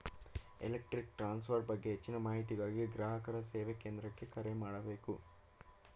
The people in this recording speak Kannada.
ಎಲೆಕ್ಟ್ರಿಕ್ ಟ್ರಾನ್ಸ್ಫರ್ ಬಗ್ಗೆ ಹೆಚ್ಚಿನ ಮಾಹಿತಿಗಾಗಿ ಗ್ರಾಹಕರ ಸೇವಾ ಕೇಂದ್ರಕ್ಕೆ ಕರೆ ಮಾಡಬೇಕು